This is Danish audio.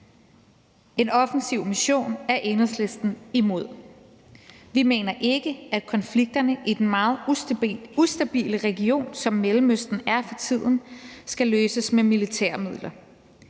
En offensiv mission er Enhedslisten imod. Vi mener ikke, at konflikterne i den meget ustabile region, som Mellemøsten er for tiden, skal løses med militære midler.